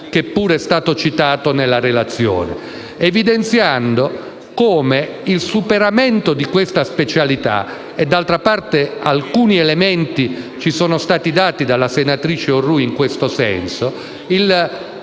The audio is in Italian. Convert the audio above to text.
che pure è stato citato nella relazione, evidenziando come il superamento di questa specialità - d'altra parte alcuni elementi ci sono stati forniti dalla senatrice Orrù in questo senso -